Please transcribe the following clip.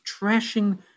trashing